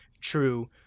true